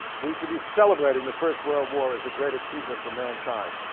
we should be celebrating the first world war as a great achievement for mankind.